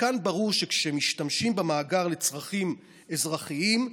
כאן ברור שכשמשתמשים במאגר לצרכים אזרחיים,